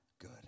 good